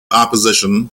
opposition